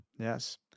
Yes